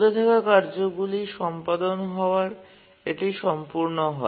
চলতে থাকা কার্যগুলি সম্পাদন হওয়ার এটি সম্পূর্ণ হয়